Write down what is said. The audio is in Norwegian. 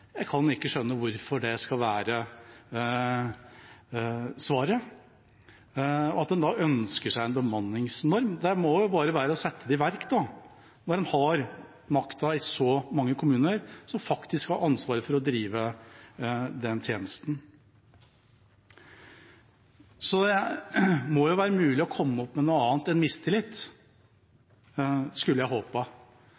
Jeg kan ikke skjønne hvorfor det skal være svaret. Og til at en da ønsker seg en bemanningsnorm: Det må jo bare være å sette det i verk, når en har makten i så mange kommuner, som faktisk har ansvaret for å drive den tjenesten. Så det må være mulig å komme med noe annet enn mistillit,